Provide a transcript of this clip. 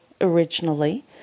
originally